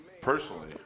personally